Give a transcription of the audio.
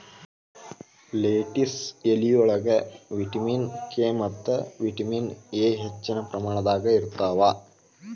lettuce ಎಲಿಯೊಳಗ vitamin K ಮತ್ತ vitamin A ಹೆಚ್ಚಿನ ಪ್ರಮಾಣದಾಗ ಇರ್ತಾವ